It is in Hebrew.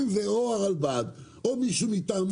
הרלב"ד או מישהו מטעמה